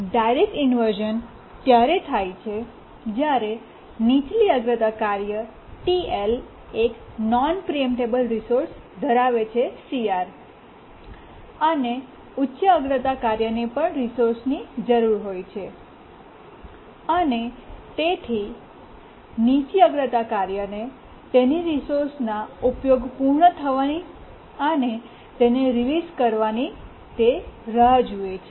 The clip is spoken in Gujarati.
ડાયરેક્ટ ઇન્વર્શ઼ન ત્યારે થાય છે જ્યારે નીચલી અગ્રતા કાર્ય TL એક નોન પ્રીએમ્પટેબલ રિસોર્સ ધરાવે છે CR અને ઉચ્ચ અગ્રતા કાર્યને પણ રિસોર્સની જરૂર હોય છે અને તેથી તે નીચી અગ્રતા કાર્યને તેના રિસોર્સનાં ઉપયોગ પૂર્ણ થવાની અને તેને રિલીસ કરવાની રાહ જુએ છે